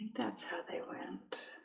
that's how they went